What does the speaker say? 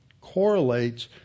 correlates